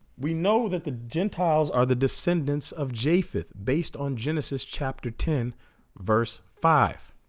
we know that the gentiles are the descendants of japheth based on genesis chapter ten verse five